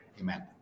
Amen